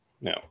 no